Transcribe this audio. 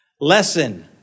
Lesson